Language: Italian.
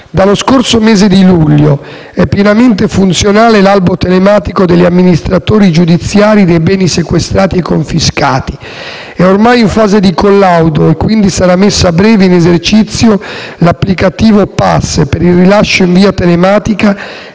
Dallo scorso mese di luglio è pienamente funzionale l'albo telematico degli amministratori giudiziari dei beni sequestrati e confiscati. È ormai in fase di collaudo, e, quindi, sarà messo a breve in esercizio l'applicativo P@ss, per il rilascio in via telematica